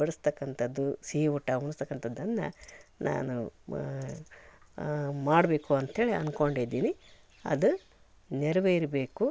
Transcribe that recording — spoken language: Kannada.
ಬಡ್ಸತಕ್ಕಂಥದ್ದು ಸಿಹಿ ಊಟ ಉಣಿಸ್ತಕ್ಕಂಥದ್ದನ್ನು ನಾನು ಮಾಡಬೇಕು ಅಂತ ಹೇಳಿ ಅನ್ಕೊಂಡಿದೀನಿ ಅದು ನೆರವೇರ್ಬೇಕು